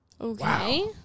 Okay